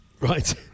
Right